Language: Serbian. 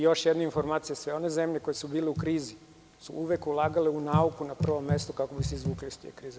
Još jedna informacija, sve one zemlje koje su bile u krizi su uvek ulagale u nauku na prvom mestu kako bi se izvukli iz te krize.